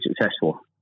successful